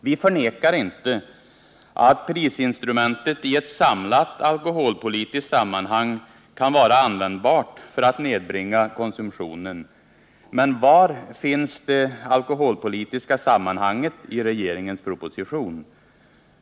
Vi förnekar inte att prisinstrumentet i ett samlat alkoholpolitiskt sammanhang kan vara användbart för att nedbringa konsumtionen. Men var finns det alkoholpolitiska sammanhanget i regeringens proposition?